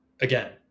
again